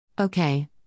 Okay